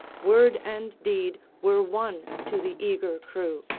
word and deed were one to the eager crew.